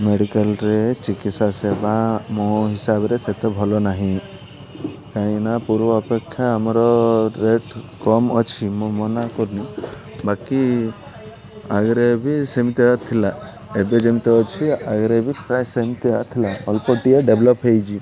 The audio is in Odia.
ମେଡ଼ିକାଲ୍ରେ ଚିକିତ୍ସା ସେବା ମୋ ହିସାବରେ ସେତେ ଭଲ ନାହିଁ କାହିଁକିନା ପୂର୍ବ ଅପେକ୍ଷା ଆମର ରେଟ୍ କମ୍ ଅଛି ମଁ ମନା କରୁନି ବାକି ଆଗରେ ବି ସେମିତି ଏୟା ଥିଲା ଏବେ ଯେମିତି ଅଛି ଆଗରେ ବି ପ୍ରାୟ ସେମିତିୟା ଥିଲା ଅଳ୍ପ ଟିଏ ଡ଼େଭଲପ ହୋଇଛି